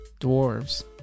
Dwarves